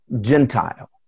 Gentile